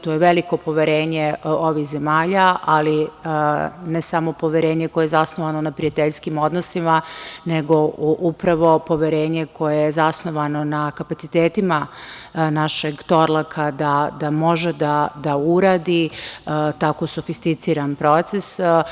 To je veliko poverenje ovih zemalja, ali ne samo poverenje koje je zasnovano na prijateljskim odnosima, nego upravo poverenje koje je zasnovano na kapacitetima našeg „Torlaka“ da može da uradi tako sufisticiran proces.